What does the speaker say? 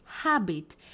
habit